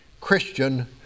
Christian